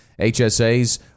HSAs